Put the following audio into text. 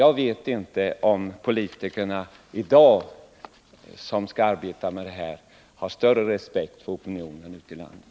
Jag vet inte om de politiker som nu skall arbeta med dessa frågor har större respekt för opinionen ute i landet.